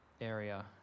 area